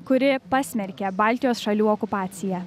kuri pasmerkė baltijos šalių okupaciją